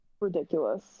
Ridiculous